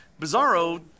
Bizarro